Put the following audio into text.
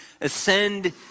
ascend